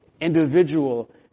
individual